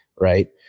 right